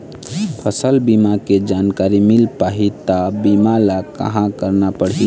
फसल बीमा के जानकारी मिल पाही ता बीमा ला कहां करना पढ़ी?